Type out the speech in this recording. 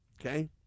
okay